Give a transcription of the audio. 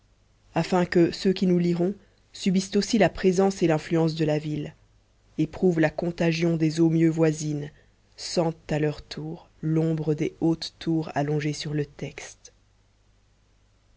afin que ceux qui nous liront subissent aussi la présence et l'influence de la ville éprouvent la contagion des eaux mieux voisines sentent à leur tour l'ombre des hautes tours allongée sur le texte